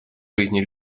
жизни